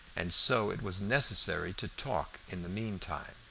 and so it was necessary to talk in the mean time.